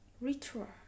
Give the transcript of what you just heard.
Ritual